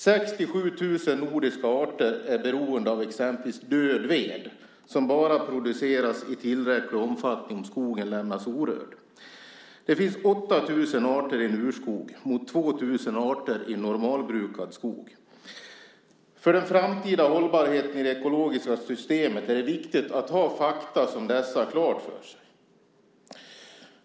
67 000 nordiska arter är beroende av exempelvis död ved, som bara produceras i tillräcklig omfattning om skogen lämnas orörd. Det finns 8 000 arter i en urskog mot 2 000 arter i normalbrukad skog. För den framtida hållbarheten i det ekologiska systemet är det viktigt att ha faktum som dessa klart för sig.